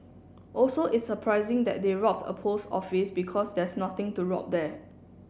also it's surprising that they robbed a post office because there's nothing to rob there